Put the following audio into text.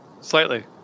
slightly